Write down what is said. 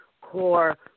core